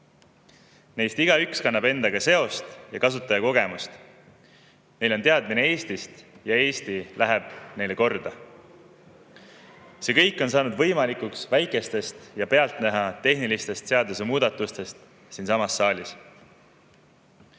Neist igaüks kannab endaga seost [Eestiga] ja seda kasutajakogemust, neil on teadmine Eestist ja Eesti läheb neile korda. See kõik on saanud võimalikuks väikeste ja pealtnäha tehniliste seadusemuudatuste tõttu, [mis tehti]